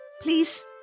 please